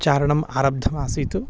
चारणम् आरब्धमासीत्